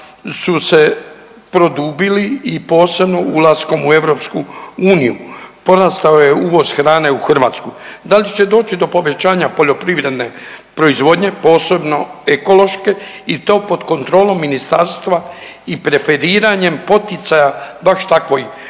su se produbili i posebno ulaskom u EU. Porastao je uvoz hrane u Hrvatsku. Da li će doći do povećanja poljoprivredne proizvodnje posebno ekološke i to pod kontrolom ministarstva i preferiranjem poticaja baš takvoj